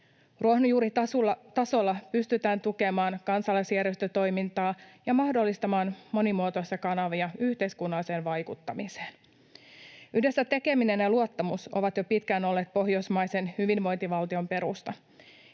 Ruohonjuuritasolla pystytään tukemaan kansalaisjärjestötoimintaa ja mahdollistamaan monimuotoisia kanavia yhteiskunnalliseen vaikuttamiseen. Yhdessä tekeminen ja luottamus ovat jo pitkään olleet pohjoismaisen hyvinvointival-tion perusta.